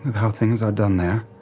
how things are done there.